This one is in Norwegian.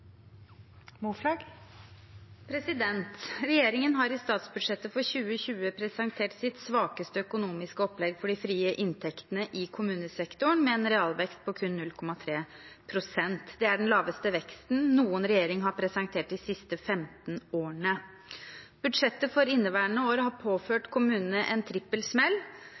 2020 presentert sitt svakeste økonomiske opplegg for de frie inntektene i kommunesektoren med en realvekst på kun 0,3 pst. Det er den laveste veksten noen regjering har presentert de siste 15 årene. Budsjettet for inneværende år har påført kommunene en